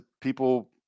people